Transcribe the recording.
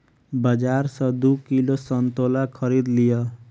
बाजार सॅ दू किलो संतोला खरीद लिअ